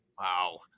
Wow